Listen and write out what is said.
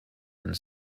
and